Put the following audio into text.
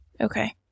Okay